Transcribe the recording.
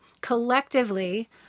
collectively